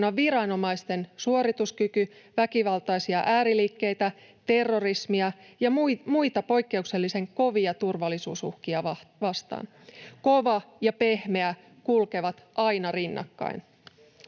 viranomaisten suorituskyky väkivaltaisia ääriliikkeitä, terrorismia ja muita poikkeuksellisen kovia turvallisuusuhkia vastaan. Kova ja pehmeä kulkevat aina rinnakkain.